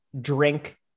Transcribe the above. drink